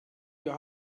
your